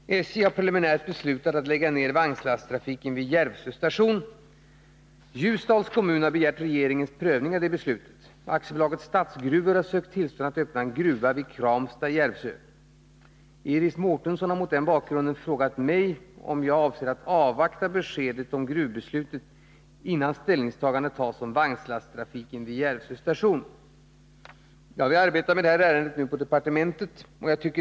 Herr talman! SJ har preliminärt beslutat att lägga ned vagnlasttrafiken vid Järvsö station. Ljusdals kommun har begärt regeringens prövning av detta beslut. AB Statsgruvor har sökt tillstånd att öppna en gruva vid Kramsta i Järvsö. Iris Mårtensson har mot denna bakgrund frågat mig om jag avser att avvakta beskedet om gruvbeslutet innan ställningstagande tas om vagnlasttrafiken vid Järvsö station. Ärendet bereds nu på departementet.